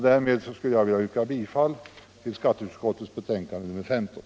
Därmed vill jag yrka bifall till skatteutskottets hemställan i betänkandet nl